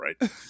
right